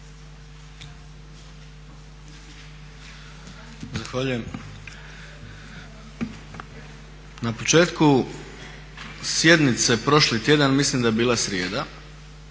Zahvaljujem. Na početku sjednice prošli tjedan, mislim da je bila srijeda,